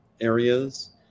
areas